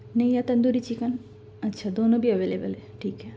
نہیں ہے تندوری چکن اچھا دونوں بھی اویلیبل ہے ٹھیک ہے